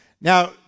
Now